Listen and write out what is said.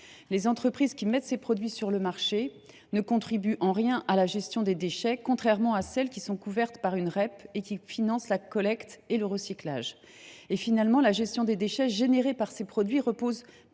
Les entreprises qui mettent ces produits sur le marché ne contribuent en rien à la gestion des déchets, contrairement à celles qui sont couvertes par une REP et qui financent la collecte et le recyclage. Finalement, la gestion des déchets générés par ces produits repose principalement